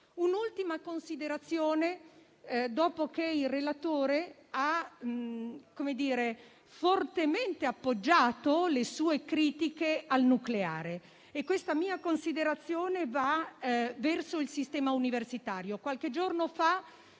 Un'ultima considerazione, dopo che il relatore ha fortemente espresso le sue critiche sul nucleare. Questa mia considerazione si rivolge al sistema universitario. Qualche giorno fa